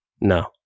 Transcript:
No